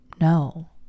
No